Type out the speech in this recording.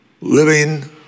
living